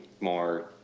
more